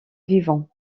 vivants